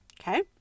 Okay